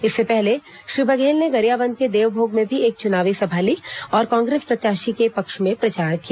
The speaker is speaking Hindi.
इससे पहले श्री बघेल बघेल ने गरियाबंद के देवभोग में भी एक चुनावी सभा ली और कांग्रेस प्रत्याशी के पक्ष में प्रचार किया